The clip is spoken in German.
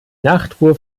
nachtruhe